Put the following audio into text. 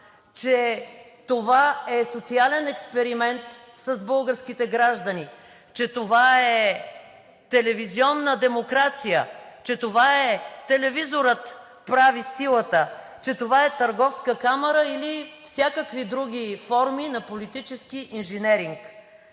че това е социален експеримент с българските граждани, че това е телевизионна демокрация, че това е „телевизорът прави силата“, че това е търговска камара или всякакви други форми на политически инженеринг.